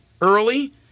early